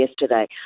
yesterday